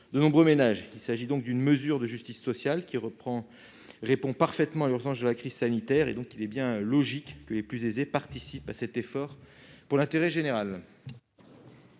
de nombreux ménages. Il s'agit donc d'une mesure de justice sociale qui répond parfaitement à l'urgence de la crise sanitaire. Il est logique que les plus aisés participent à l'effort pour l'intérêt général.